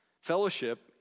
Fellowship